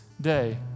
day